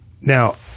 now